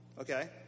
okay